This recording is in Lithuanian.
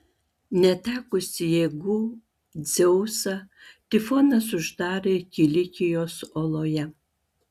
netekusį jėgų dzeusą tifonas uždarė kilikijos oloje